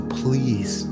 please